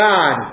God